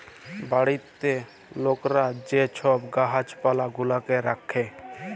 বাড়িতে লকরা যে ছব গাহাচ পালা গুলাকে রাখ্যে